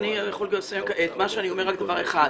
אני רק אומר דבר אחד.